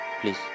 please